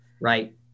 right